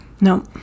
No